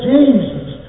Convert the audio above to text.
Jesus